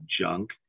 junk